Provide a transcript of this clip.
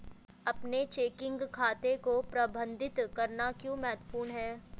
अपने चेकिंग खाते को प्रबंधित करना क्यों महत्वपूर्ण है?